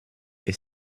est